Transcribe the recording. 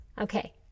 okay